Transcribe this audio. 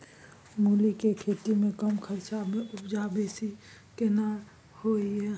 मूली के खेती में कम खर्च में उपजा बेसी केना होय है?